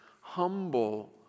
humble